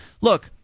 Look